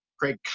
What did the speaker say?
Craig